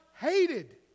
hated